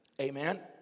Amen